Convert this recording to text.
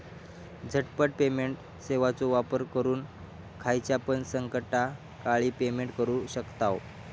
झटपट पेमेंट सेवाचो वापर करून खायच्यापण संकटकाळी पेमेंट करू शकतांव